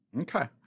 Okay